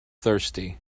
thirsty